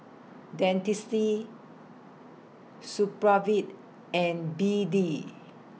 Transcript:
Dentiste Supravit and B D